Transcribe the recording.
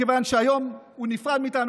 מכיוון שהיום הוא נפרד מאיתנו.